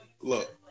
Look